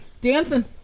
dancing